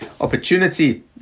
opportunity